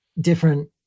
different